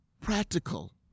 practical